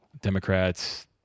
Democrats